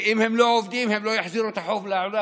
ואם הם לא עובדים הם לא יחזירו את החוב לעולם.